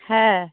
হ্যাঁ